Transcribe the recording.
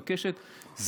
אני אומר בעדינות המתבקשת,